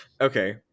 okay